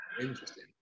Interesting